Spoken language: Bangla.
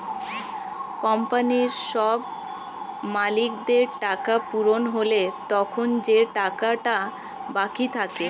কোম্পানির সব মালিকদের টাকা পূরণ হলে তখন যে টাকাটা বাকি থাকে